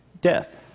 death